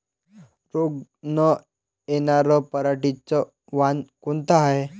रोग न येनार पराटीचं वान कोनतं हाये?